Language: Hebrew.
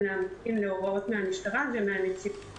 להמתין להוראות מן המשטרה ומן הנציבות.